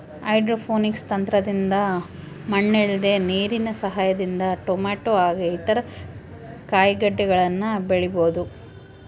hydroponics ತಂತ್ರದಿಂದ ಮಣ್ಣಿಲ್ದೆ ನೀರಿನ ಸಹಾಯದಿಂದ ಟೊಮೇಟೊ ಹಾಗೆ ಇತರ ಕಾಯಿಗಡ್ಡೆಗಳನ್ನ ಬೆಳಿಬೊದು